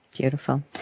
Beautiful